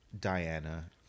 Diana